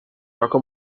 toca